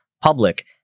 public